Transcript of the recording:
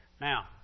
Now